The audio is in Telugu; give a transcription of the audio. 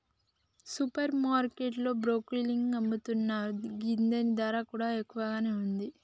సూపర్ మార్కెట్ లో బ్రొకోలి అమ్ముతున్లు గిదాని ధర కూడా ఎక్కువగానే ఉంది